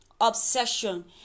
obsession